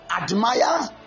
admire